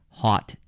hot